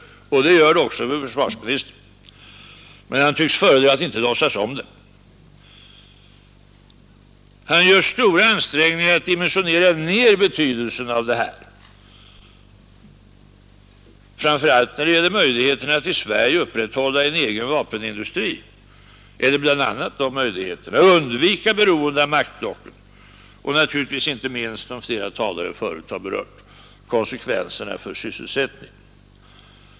Det gör det också för försvarsministern, men han tycks föredra att inte låtsas om det. Han gör också stora ansträngningar att neddimensionera betydelsen därav för möjligheterna att i Sverige upprätthålla en egen vapenindustri och undvika beroende av maktblocken samt inte minst, som flera tidigare talare berört, konsekvenserna för sysselsättningen.